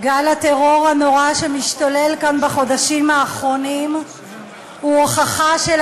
גל הטרור הנורא שמשתולל כאן בחודשים האחרונים הוא הוכחה של